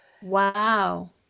Wow